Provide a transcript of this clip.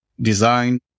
design